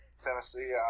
Tennessee